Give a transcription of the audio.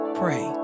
pray